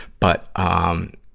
but, um,